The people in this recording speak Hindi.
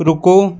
रुको